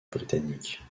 britannique